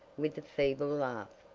with a feeble laugh.